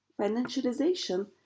Financialization